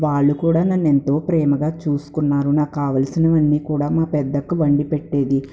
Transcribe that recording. వాళ్ళు కూడా నన్నేంతో ప్రేమగా చూసుకున్నారు నాక్కావలసినవన్నీ కూడా మా పెద్దక్క వండి పెట్టేది